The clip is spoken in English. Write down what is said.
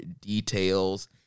details